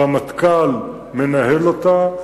הרמטכ"ל מנהל אותה,